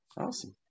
Awesome